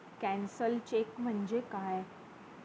Cancelled cheque म्हणजे काय?